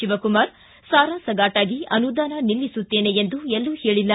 ಶಿವಕುಮಾರ್ ಸಾರಸಗಟಾಗಿ ಅನುದಾನ ನಿಲ್ಲಿಸುತ್ತೇನೆ ಎಂದು ಎಲ್ಲೂ ಹೇಳಿಲ್ಲ